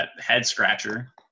head-scratcher